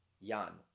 Yan